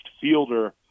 fielder